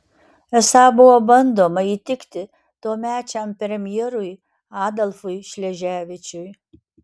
esą buvo bandoma įtikti tuomečiam premjerui adolfui šleževičiui